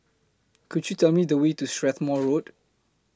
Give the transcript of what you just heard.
Could YOU Tell Me The Way to Strathmore Road